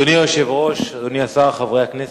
אדוני היושב-ראש, אדוני השר, חברי הכנסת,